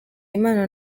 impano